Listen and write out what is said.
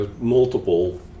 multiple